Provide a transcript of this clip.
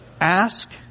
ask